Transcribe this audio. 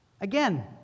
Again